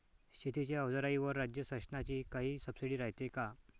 शेतीच्या अवजाराईवर राज्य शासनाची काई सबसीडी रायते का?